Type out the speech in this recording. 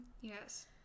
yes